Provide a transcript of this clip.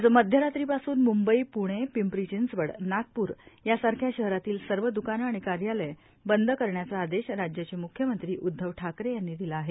आज मध्यरात्रीपासून मुंबई प्णे पिंपरी चिंचवड नागप्र यासारख्या शहरातली सर्वद्कानं आणि कार्यालयं बंद करण्याचा आदेश राज्याचे मुख्यमंत्री उदधव ठाकरे यांनी दिला आहे